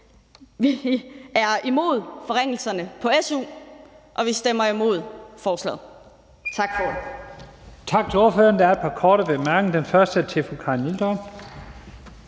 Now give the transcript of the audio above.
Vi er imod forringelserne på su, og vi stemmer imod forslaget. Tak for ordet.